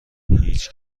هیچ